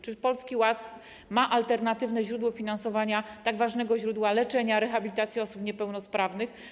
Czy Polski Ład ma alternatywne źródło finansowania tak ważnego źródła leczenia i rehabilitacji osób niepełnosprawnych?